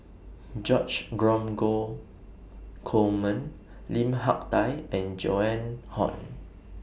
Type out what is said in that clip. George Dromgold Coleman Lim Hak Tai and Joan Hon